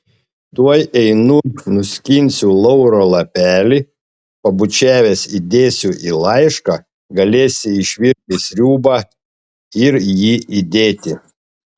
tuoj einu nuskinsiu lauro lapelį pabučiavęs įdėsiu į laišką galėsi išvirti sriubą ir jį įdėti